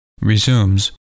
resumes